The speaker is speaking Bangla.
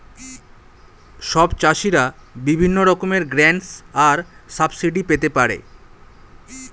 সব চাষীরা বিভিন্ন রকমের গ্র্যান্টস আর সাবসিডি পেতে পারে